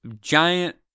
Giant